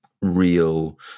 real